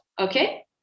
okay